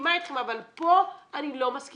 ומסכימה אתכם, אבל פה אני לא מסכימה.